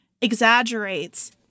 exaggerates